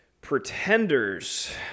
Pretenders